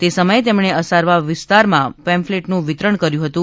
તે સમયે તેમણે અસરવા વિસ્તારમાં પેમ્પ્લેટનું વિતરણ કર્યું હતું